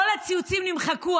כל הציוצים נמחקו.